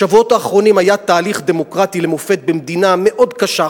בשבועות האחרונים היה תהליך דמוקרטי למופת במדינה מאוד קשה,